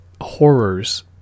horrors